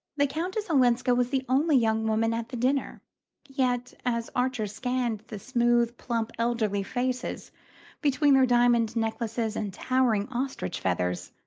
the countess olenska was the only young woman at the dinner yet, as archer scanned the smooth plump elderly faces between their diamond necklaces and towering ostrich feathers,